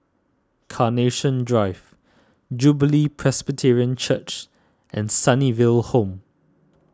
Carnation Drive Jubilee Presbyterian Church and Sunnyville Home